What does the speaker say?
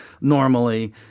normally